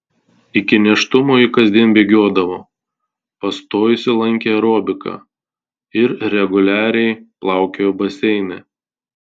iki nėštumo ji kasdien bėgiodavo pastojusi lankė aerobiką ir reguliariai plaukiojo baseine